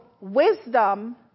wisdom